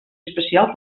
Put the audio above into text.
especial